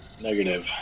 negative